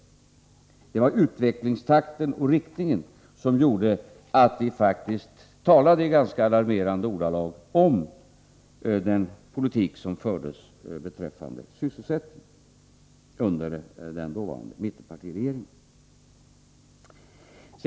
Det var utvecklingstakten och riktningen som gjorde att vi faktiskt talade i alarmerande ordalag om den politik som fördes beträffande sysselsättningen under den dåvarande mittenpartiregeringen.